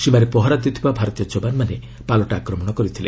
ସୀମାରେ ପ୍ରହରା ଦେଉଥିବା ଭାରତୀୟ ଯବାନମାନେ ପାଲଟା ଆକ୍ରମଣ କରିଥିଲେ